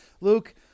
Luke